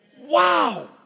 Wow